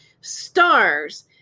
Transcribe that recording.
stars